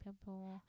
people